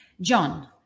John